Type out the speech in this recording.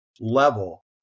level